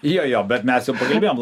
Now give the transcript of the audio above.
jo jo bet mes jau pakalbėjom